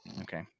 okay